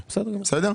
בסדר?